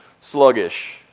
sluggish